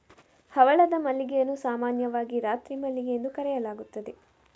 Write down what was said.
ಹವಳದ ಮಲ್ಲಿಗೆಯನ್ನು ಸಾಮಾನ್ಯವಾಗಿ ರಾತ್ರಿ ಮಲ್ಲಿಗೆ ಎಂದು ಕರೆಯಲಾಗುತ್ತದೆ